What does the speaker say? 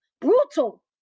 brutal